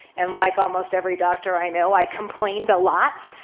and like almost every doctor i know, i complained a lot.